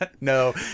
no